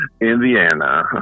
Indiana